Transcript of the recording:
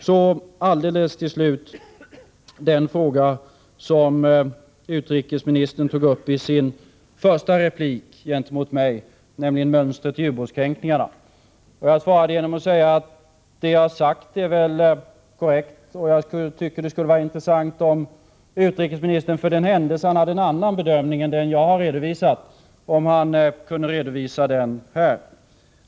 Så allra sist till den fråga som utrikesministern tog upp i sin första replik gentemot mig, nämligen mönstret i ubåtskränkningarna. Jag vill svara genom att säga att det jag har sagt är korrekt. Det skulle vara intressant om utrikesministern, för den händelse han har en annan bedömning än den jag redovisade, redovisade sin bedömning här.